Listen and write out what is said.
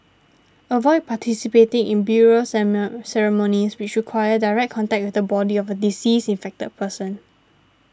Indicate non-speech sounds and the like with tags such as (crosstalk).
avoid participating in burial (unintelligible) ceremonies which require direct contact with the body of a deceased infected person